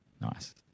Nice